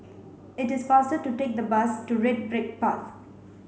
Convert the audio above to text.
it is faster to take the bus to Red Brick Path